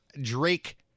Drake